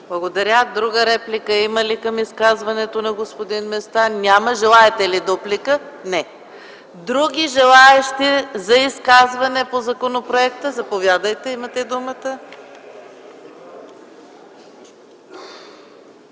Благодаря. Други реплики има ли към изказването на господин Местан? Няма. Желаете ли дуплика, господин Местан? Не. Други желаещи за изказване по законопроекта? Заповядайте, имате думата.